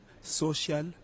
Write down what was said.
social